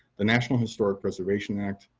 the national historic preservation act,